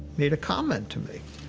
made a comment to me.